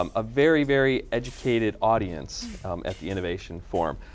um a very, very educated audience at the innovation forum.